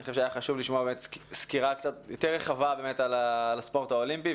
אני חושב שהיה חשוב לשמוע סקירה קצת יותר רחבה על הספורט האולימפי.